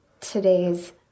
today's